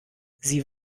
sie